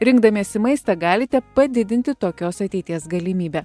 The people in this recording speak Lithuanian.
rinkdamiesi maistą galite padidinti tokios ateities galimybę